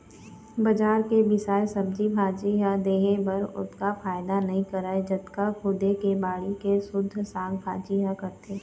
बजार के बिसाए सब्जी भाजी ह देहे बर ओतका फायदा नइ करय जतका खुदे के बाड़ी के सुद्ध साग भाजी ह करथे